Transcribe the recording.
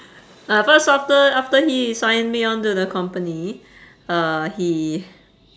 uh first after after he signed me onto the company uh he